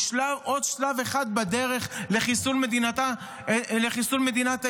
עוד שלב אחד בדרך לחיסול מדינת היהודים.